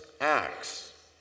acts